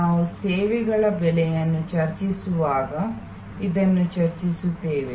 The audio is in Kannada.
ನಾವು ಸೇವೆಗಳ ಬೆಲೆಯನ್ನು ಚರ್ಚಿಸುವಾಗ ಇದನ್ನು ನಂತರ ಚರ್ಚಿಸುತ್ತೇವೆ